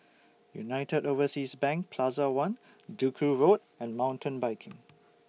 United Overseas Bank Plaza one Duku Road and Mountain Biking